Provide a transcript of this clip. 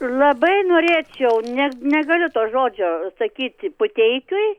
labai norėčiau net negaliu to žodžio sakyti puteikiui